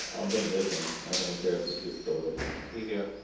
i'll dink this one. i don't care if it gets soiled. here you go,